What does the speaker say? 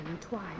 twice